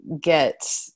get